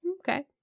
Okay